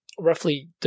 roughly